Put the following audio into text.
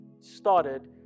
started